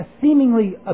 seemingly